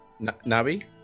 Nabi